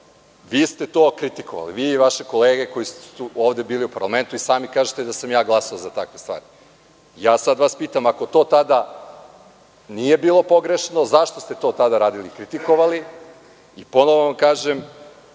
vi ste to kritikovali, vi i vaše kolege, koje su ovde bile u parlamentu, a i sami kažete da sam glasao za takve stvari. Sada vas pitam – ako to tada nije bilo pogrešno, zašto ste to tada radili i kritikovali? Ponovo vam kažem,